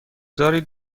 دارید